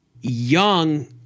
young